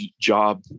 job